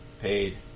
paid